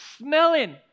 smelling